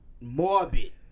morbid